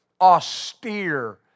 austere